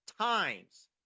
Times